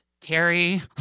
Terry